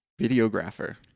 Videographer